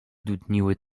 dudniły